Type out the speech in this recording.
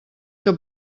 que